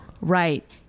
Right